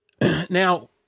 now